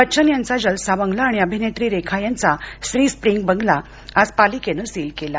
बच्चन यांचा जलसा बंगला आणि अभिनेत्री रेखा यांचा सी स्प्रिंग बंगला आज पालिकेने सील केला